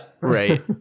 right